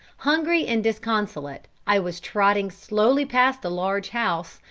hungry and disconsolate, i was trotting slowly past a large house,